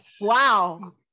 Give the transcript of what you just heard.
Wow